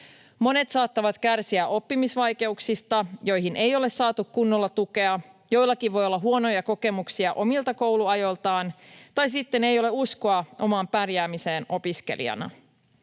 Monet saattavat kärsiä oppimisvaikeuksista, joihin ei ole saatu kunnolla tukea. Joillakin voi olla huonoja kokemuksia omilta kouluajaltaan, tai sitten ei ole uskoa omaan pärjäämiseen opiskelijana.